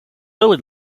early